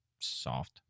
soft